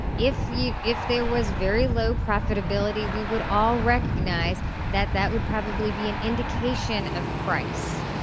if you if there was very low profitability we would all recognize that that would probably be an indication of price.